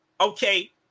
Okay